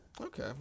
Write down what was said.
Okay